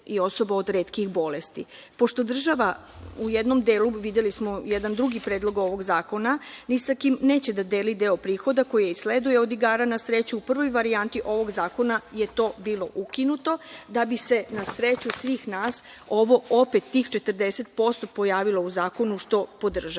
i osoba od retkih bolesti. Pošto država u jednom delu, videli smo jedan drugi predlog ovog zakona, ni sa kim neće da deli deo prihoda koji ih sleduje od igara na sreću, u prvoj varijanti ovog zakona je to bilo ukinuto da bi se na sreću svih nas ovo opet, tih 40% pojavilo u zakonu, što podržavam. Navodi